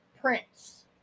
Prince